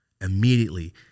immediately